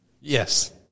yes